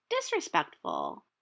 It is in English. disrespectful